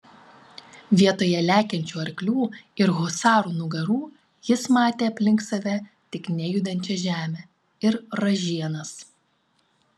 vietoj lekiančių arklių ir husarų nugarų jis matė aplink save tik nejudančią žemę ir ražienas